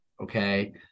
okay